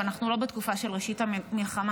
ואנחנו לא בתקופה של ראשית המלחמה,